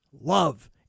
Love